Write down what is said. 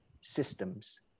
systems